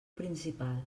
principal